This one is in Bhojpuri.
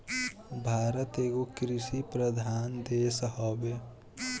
भारत एगो कृषि प्रधान देश हवे